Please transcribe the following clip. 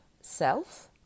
self